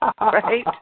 Right